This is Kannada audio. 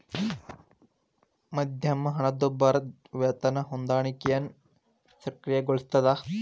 ಮಧ್ಯಮ ಹಣದುಬ್ಬರದ್ ವೇತನ ಹೊಂದಾಣಿಕೆಯನ್ನ ಸಕ್ರಿಯಗೊಳಿಸ್ತದ